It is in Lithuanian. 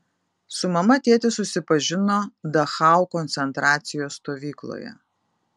su mama tėtis susipažino dachau koncentracijos stovykloje